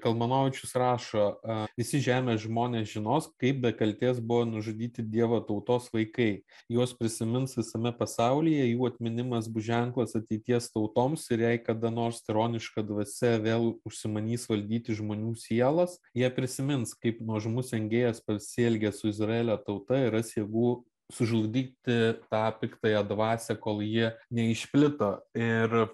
kalmanovičius rašo a visi žemės žmonės žinos kaip be kaltės buvo nužudyti dievo tautos vaikai juos prisimins visame pasaulyje jų atminimas bus ženklas ateities tautoms ir jei kada nors tironiška dvasia vėl užsimanys valdyti žmonių sielas jie prisimins kaip nuožmus engėjas pasielgė su izraelio tauta ir ras jėgų sužlugdyti tą piktąją dvasią kol ji neišplito ir